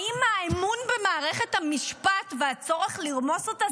האם האמון במערכת המשפט והצורך לרמוס אותה